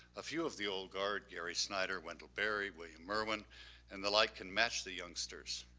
a few of the old guard, gary snyder, wendell berry, william merwin and the like can match the youngsters.